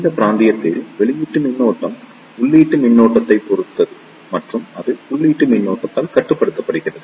இந்த பிராந்தியத்தில் வெளியீட்டு மின்னோட்டம் உள்ளீட்டு மின்னோட்டத்தைப் பொறுத்தது மற்றும் அது உள்ளீட்டு மின்னோட்டத்தால் கட்டுப்படுத்தப்படுகிறது